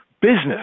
business